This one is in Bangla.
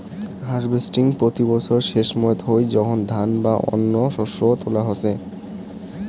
হার্ভেস্টিং প্রতি বছর সেসময়ত হই যখন ধান বা অন্য শস্য তোলা হসে